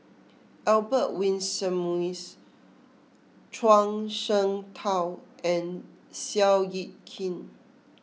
Albert Winsemius Zhuang Shengtao and Seow Yit Kin